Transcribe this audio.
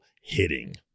hitting